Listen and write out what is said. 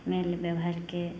मेल व्यवहारके